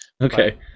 Okay